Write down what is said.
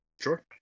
Sure